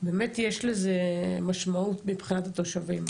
באמת יש לזה משמעות מבחינת התושבים.